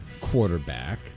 quarterback